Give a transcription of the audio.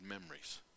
memories